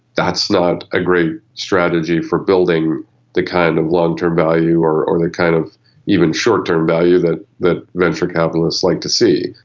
that's not a great strategy for building the kind of long-term value or or kind of even short term value that that venture capitalists like to see.